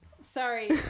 sorry